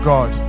God